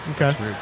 Okay